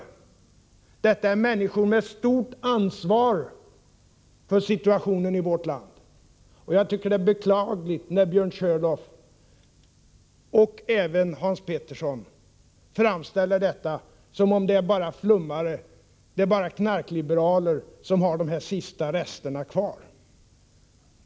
Bakom dessa instanser står människor med stort ansvar för situationen i vårt land. Jag tycker att det är beklagligt när Björn Körlof och även Hans Petersson i Röstånga framställer det som om det bara är flummare och knarkliberaler som har denna tveksamhet till kriminalisering kvar.